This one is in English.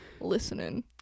listening